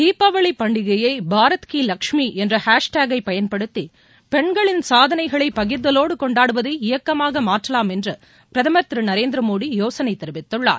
தீபாவளி பண்டிகையை பாரத் கீ லக்ஷ்மி என்ற ஹேஷ்டாகை பயன்படுத்தி பெண்களின் சாதனைகளின் பகிர்தவோடு கொண்டாடுவதை இயக்கமாக மாற்றலாம் என்று பிரதமர் திரு நரேந்திரமோடி யோசனை தெரிவித்துள்ளார்